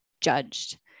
judged